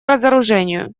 разоружению